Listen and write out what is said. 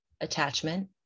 attachment